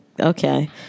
okay